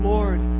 Lord